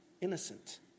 innocent